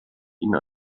ihn